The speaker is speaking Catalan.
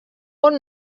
bon